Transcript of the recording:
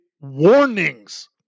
warnings